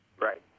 Right